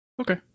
Okay